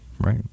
Right